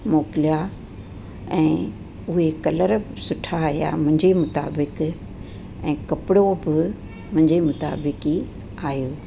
मोकिलिया ऐं उहे कलर बि सुठा आहियां मुंहिंजे मुताबिक ऐं कपिड़ो बि मुंहिंजे मुताबिक ई आहियो